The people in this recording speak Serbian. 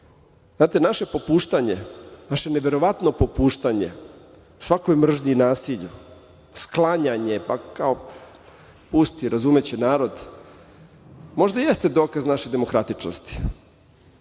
naše popuštanje, naše neverovatno popuštanje svakoj mržnji i nasilju, sklanjanje kao pusti razumeće narod, možda jeste dokaz naše demokratičnosti,